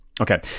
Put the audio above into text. Okay